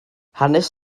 hanes